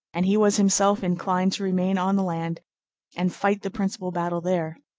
and he was himself inclined to remain on the land and fight the principal battle there.